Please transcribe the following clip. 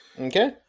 okay